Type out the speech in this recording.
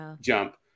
jump